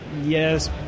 yes